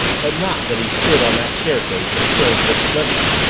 but not that he stood on that staircase and killed dick fleming.